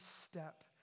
step